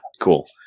cool